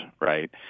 right